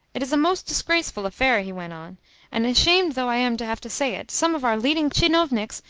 it is a most disgraceful affair, he went on and, ashamed though i am to have to say it, some of our leading tchinovniks,